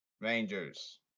Rangers